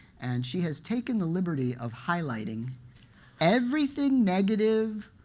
and she has taken the liberty of highlighting everything negative,